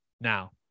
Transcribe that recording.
now